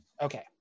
okay